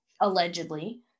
allegedly